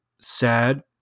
sad